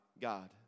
God